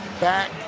back